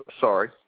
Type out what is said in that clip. Sorry